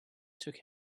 took